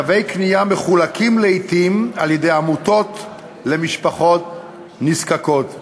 תווי קנייה מחולקים לעתים על-ידי עמותות למשפחות נזקקות,